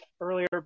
earlier